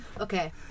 okay